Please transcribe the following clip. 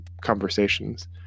conversations